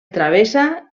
travessa